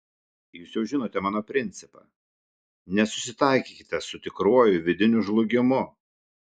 jūs jau žinote mano principą nesusitaikykite su tikruoju vidiniu žlugimu